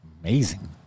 Amazing